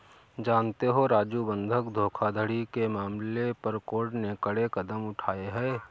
जानते हो राजू बंधक धोखाधड़ी के मसले पर कोर्ट ने कड़े कदम उठाए हैं